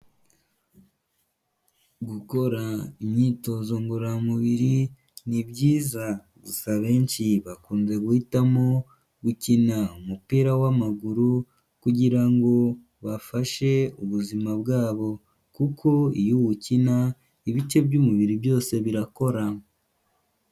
Gukora imyitozo ngorora mubiri ni byiza; gusa abenshi bakunze guhitamo gukina umupira w'amaguru kugira ngo bafashe ubuzima bwabo, kuko iyo uwukina ibice by'umubiri byose birakora.